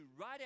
right